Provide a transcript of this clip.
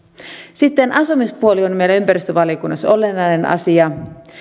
sitten asumispuoli on meillä ympäristövaliokunnassa olennainen asia